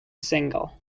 single